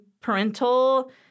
parental